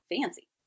Fancy